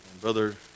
brother